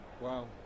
Wow